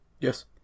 Yes